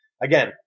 again